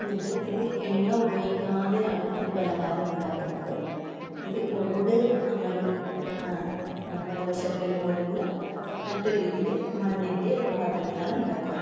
എന്നിട്ട് ഇത് എണ്ണ ഉപയോഗിക്കാതെയാണ് ഈ പലഹാരം ഉണ്ടാക്കുന്നത് ഇത് ഓട് എന്ന് പറഞ്ഞൊരു നമ്മളെ ദോശക്കല്ല് പോലെയുള്ള മറ്റൊരു രീതിയിൽ മണ്ണിൻ്റെ ഒരു പാത്രത്തിലാണ് ഉണ്ടാക്കാറ്